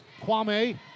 Kwame